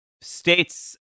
states